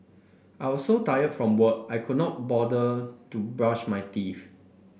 I was so tired from work I could not bother to brush my teeth